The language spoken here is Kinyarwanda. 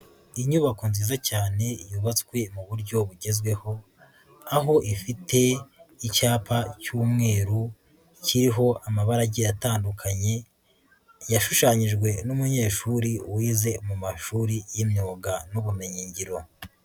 Inyubako nziza cyane yubatswe mu buryo bugezweho, aho ifite icyapa cy'umweru kiriho amabara agiye atandukanye, yashushanyijwe n'umunyeshuri wize mu mashuri y'imyuga n'ubumenyingiro.